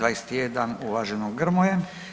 21. uvaženog Grmoje.